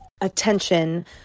attention